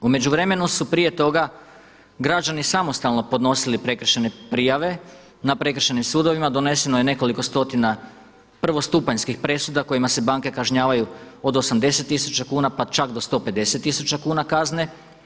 U međuvremenu su prije toga građani samostalno podnosili prekršajne prijave na prekršajnim sudovima, donešeno je nekoliko stotina prvostupanjskih presuda kojima se banke kažnjavaju od 80 tisuća kuna pa čak do 150 tisuća kuna kazne.